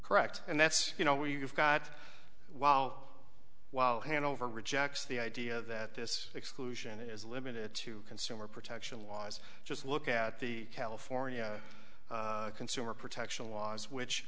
correct and that's you know where you've got well while hand over rejects the idea that this exclusion is limited to consumer protection laws just look at the california consumer protection laws which